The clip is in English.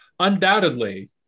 undoubtedly